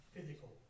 Physical